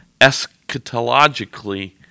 eschatologically